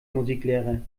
musiklehrer